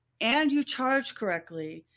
and you've charged correctly.